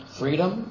freedom